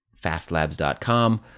fastlabs.com